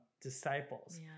disciples